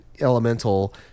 elemental